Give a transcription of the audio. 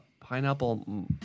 pineapple